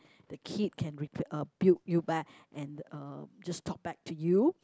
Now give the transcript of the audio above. the kid can re~ uh ~buke you back and uh just talk back to you